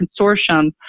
consortium